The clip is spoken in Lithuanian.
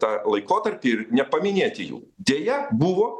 tą laikotarpį ir nepaminėti jų deja buvo